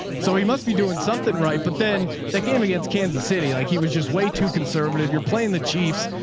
so he must be doing something right. but then that game against kansas city, like he was just way too conservative. you're playing the chiefs.